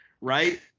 right